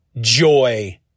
joy